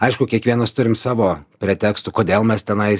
aišku kiekvienas turim savo pretekstų kodėl mes tenais